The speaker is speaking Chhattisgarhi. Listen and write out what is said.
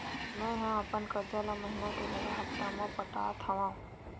मेंहा अपन कर्जा ला महीना के जगह हप्ता मा पटात हव